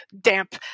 damp